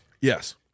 Yes